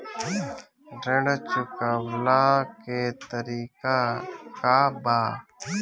ऋण चुकव्ला के तरीका का बा?